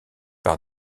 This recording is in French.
par